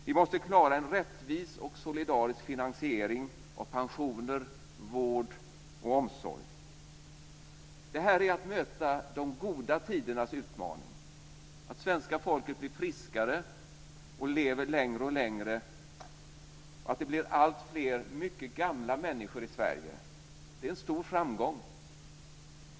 Vi måste klara en rättvis och solidarisk finansiering av pensioner, vård och omsorg. Detta är att möta de goda tidernas utmaning. Svenska folket blir friskare och lever längre och längre. Det blir alltfler mycket gamla människor i Sverige. Det är en stor framgång.